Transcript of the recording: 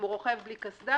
אם הוא רוכב בלי קסדה,